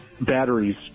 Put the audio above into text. batteries